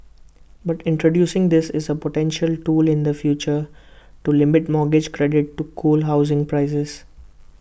but introducing this is A potential tool in the future to limit mortgage credit to cool housing prices